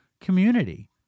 community